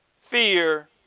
fear